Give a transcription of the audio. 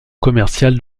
commercial